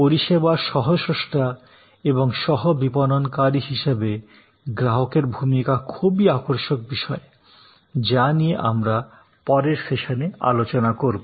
পরিষেবার সহ স্রষ্টা এবং সহ বিপণনকারী হিসাবে গ্রাহকের ভূমিকা খুবই আকর্ষক বিষয় যা নিয়ে আমরাপরের সেশনে আলোচনা করবো